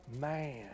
man